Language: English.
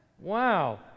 Wow